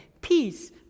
peace